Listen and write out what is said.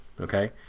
okay